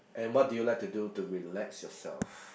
and what do you like to do to relax yourself